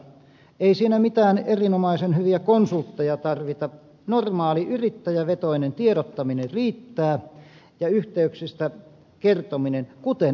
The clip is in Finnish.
ei siinä mitään erinomaisen hyviä konsultteja tarvita normaali yrittäjävetoinen tiedottaminen riittää ja yhteyksistä kertominen kuten aikoinaan on tehty